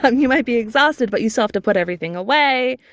um you might be exhausted but you so have to put everything away.